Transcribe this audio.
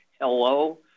Hello